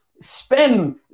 spend